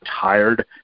tired